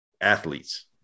athletes